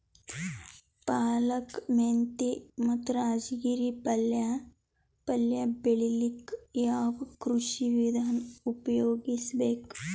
ಪಾಲಕ, ಮೆಂತ್ಯ ಮತ್ತ ರಾಜಗಿರಿ ತೊಪ್ಲ ಪಲ್ಯ ಬೆಳಿಲಿಕ ಯಾವ ಕೃಷಿ ವಿಧಾನ ಉಪಯೋಗಿಸಿ ಬೇಕು?